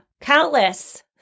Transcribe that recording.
countless